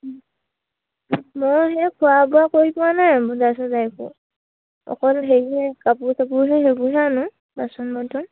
অকল হেৰি কাপোৰ চাপোৰহে সেইবোৰহে আনো বাচন বৰ্তন